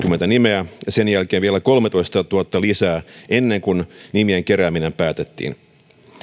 nimeä ja sen jälkeen vielä kolmetoistatuhatta lisää ennen kuin nimien kerääminen päätettiin